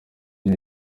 iyi